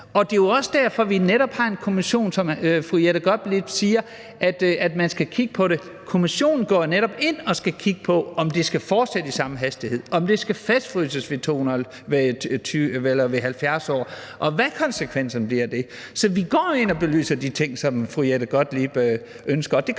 det er også derfor, at vi jo netop har en kommission, og som fru Jette Gottlieb siger, skal man kigge på det. Kommissionen går jo netop ind og skal kigge på, om det skal fortsætte i samme hastighed, om det skal fastfryses ved 70 år, og hvad konsekvenserne bliver af det. Så vi går ind og belyser de ting, som fru Jette Gottlieb ønsker,